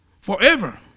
forever